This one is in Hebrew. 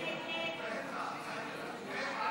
סיעת יש עתיד להביע אי-אמון בממשלה,